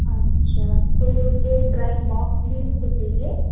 अच्छा तो दो ड्राइंग बॉक्स भी हमको चाहिए